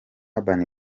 urban